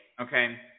okay